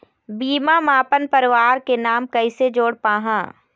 बीमा म अपन परवार के नाम कैसे जोड़ पाहां?